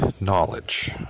knowledge